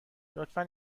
لطفا